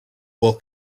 will